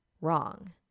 wrong